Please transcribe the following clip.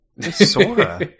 Sora